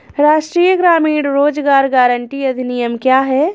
राष्ट्रीय ग्रामीण रोज़गार गारंटी अधिनियम क्या है?